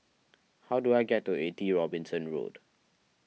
how do I get to eighty Robinson Road